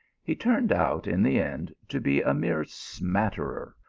he turned out in the end to be a mere smatterer,